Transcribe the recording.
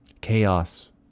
chaos